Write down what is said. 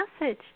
message